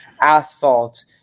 asphalt